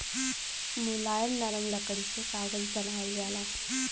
मुलायम नरम लकड़ी से कागज बनावल जाला